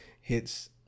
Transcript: hits